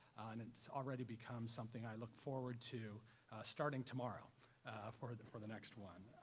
and it's already become something i look forward to starting tomorrow for the for the next one.